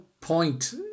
point